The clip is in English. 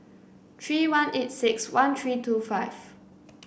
three one eight six one three two five